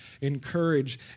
encourage